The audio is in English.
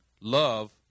Love